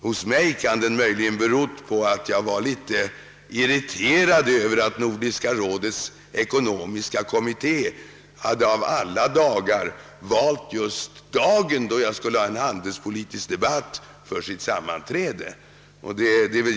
Hos mig kan den möjligen ha berott på att jag var litet irriterad över att Nordiska rådets ekonomiska kommitté för sitt sammanträde av alla dagar hade valt just denna dag, då jag skulle delta i den handelspolitiska debatten i riksdagen.